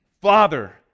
Father